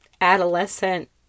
adolescent